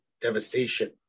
devastation